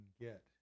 get